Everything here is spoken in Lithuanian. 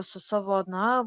su savo na